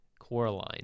Coraline